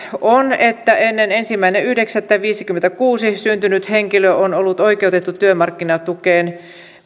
on että ennen ensimmäinen yhdeksättä tuhatyhdeksänsataaviisikymmentäkuusi syntynyt henkilö on ollut oikeutettu työmarkkinatukeen